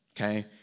okay